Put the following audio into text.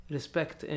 Respect